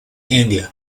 india